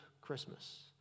Christmas